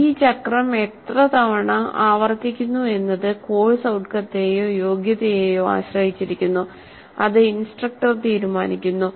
ഈ ചക്രം എത്ര തവണ ആവർത്തിക്കുന്നു എന്നത് കോഴ്സ് ഔട്ട്കത്തെയോ യോഗ്യതയെയോ ആശ്രയിച്ചിരിക്കുന്നു ഇത് ഇൻസ്ട്രക്ടർ തീരുമാനിക്കുന്നു